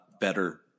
better